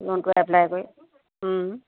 লোনটো এপ্লাই কৰি